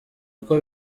uko